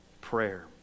prayer